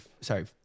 Sorry